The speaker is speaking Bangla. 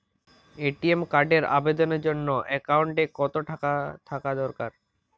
এ.টি.এম কার্ডের আবেদনের জন্য অ্যাকাউন্টে কতো টাকা থাকা দরকার?